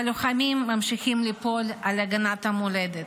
והלוחמים ממשיכים ליפול על הגנת המולדת.